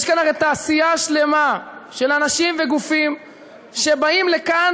יש כאן הרי תעשייה שלמה של אנשים וגופים שבאים לכאן